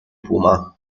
puma